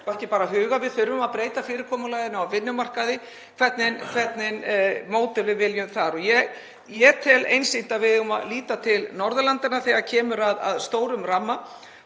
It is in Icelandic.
og ekki bara huga að því, við þurfum að breyta fyrirkomulaginu á vinnumarkaði, hvernig módel við viljum þar. Ég tel einsýnt að við eigum að líta til Norðurlandanna þegar kemur að stórum ramma